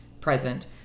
present